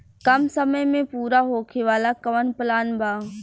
कम समय में पूरा होखे वाला कवन प्लान बा?